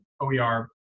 OER